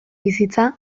bizitza